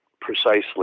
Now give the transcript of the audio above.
precisely